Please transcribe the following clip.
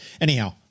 Anyhow